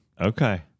Okay